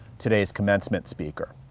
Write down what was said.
today's commencement speaker.